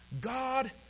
God